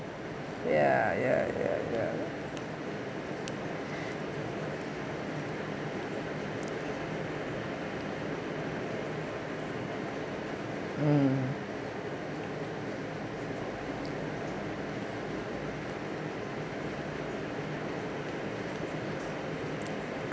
ya ya ya ya um